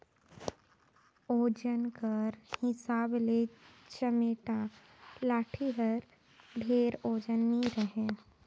ओजन कर हिसाब ले चमेटा लाठी हर ढेर ओजन नी रहें